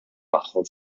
magħhom